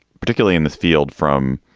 particularly in the field from.